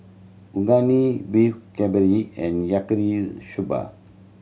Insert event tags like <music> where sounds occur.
Unagi Beef Galbi and Yaki <unintelligible> soba